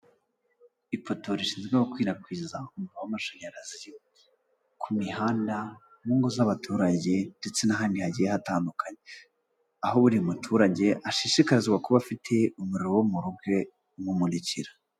Ipoto rishinzwe gukwirakwiza umuriro w'amashanyarazi ku mihanda, mu ngo z'abaturage ndetse n'ahandi hagiye hatandukanye, aho buri muturage ashishikarizwa kuba afite umuriro wo mu rugo umumurikira.